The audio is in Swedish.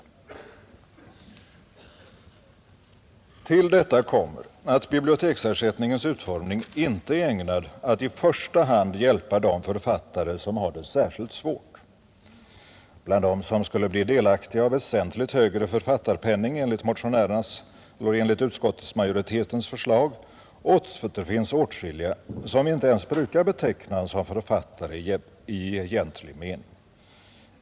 Därtill kommer att biblioteksersättningens utformning inte är ägnad att i första hand hjälpa de författare som har det särskilt svårt. Bland dem som skulle bli delaktiga av väsentligt högre författarpenning enligt motionärernas och utskottsmajoritetens förslag återfinns åtskilliga, som vi inte ens brukar beteckna som författare i egentlig mening.